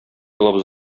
алабыз